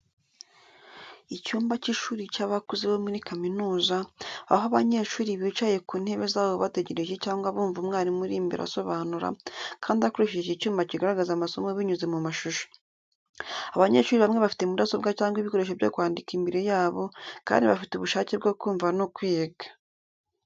Icyumba cy’ishuri cy’abakuze bo muri kaminuza, aho abanyeshuri bicaye ku ntebe zabo bategereje cyangwa bumva umwarimu uri imbere asobanura, kandi akoresheje icyuma kigaragaza amasomo binyuze mu mashusho. Abanyeshuri bamwe bafite mudasobwa cyangwa ibikoresho byo kwandika imbere yabo, kandi bafite ubushake bwo kumva no kwiga.